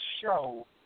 show